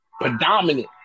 predominant